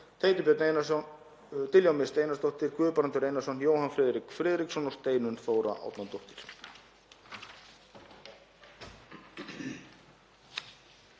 Teitur Björn Einarsson, Diljá Mist Einarsdóttir, Guðbrandur Einarsson, Jóhann Friðrik Friðriksson og Steinunn Þóra Árnadóttir.